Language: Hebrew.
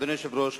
אדוני היושב-ראש,